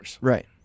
Right